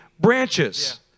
branches